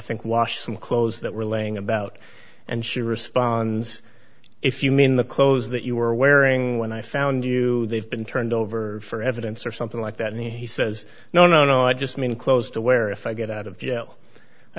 think wash some clothes that were laying about and she responds if you mean the clothes that you were wearing when i found you they've been turned over for evidence or something like that and he says no no no i just mean close to where if i get out of jail i